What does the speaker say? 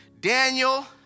Daniel